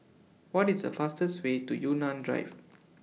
What IS The fastest Way to Yunnan Drive